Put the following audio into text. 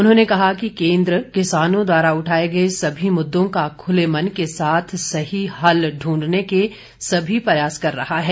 उन्होंने कहा कि केन्द्र किसानों द्वारा उठाए गये सभी मुद्दों का खुले मन के साथ सही हल ढूंढने के सभी प्रयास कर रहा है